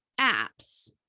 apps